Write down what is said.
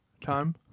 time